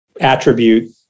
attribute